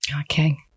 Okay